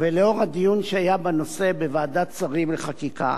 ולאור הדיון שהיה בנושא בוועדת שרים לחקיקה,